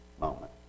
moment